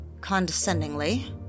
Condescendingly